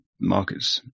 market's